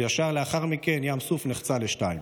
וישר לאחר מכן ים סוף נחצה לשניים.